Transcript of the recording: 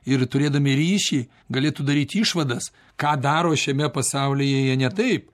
ir turėdami ryšį galėtų daryt išvadas ką daro šiame pasaulyje jie ne taip